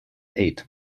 eight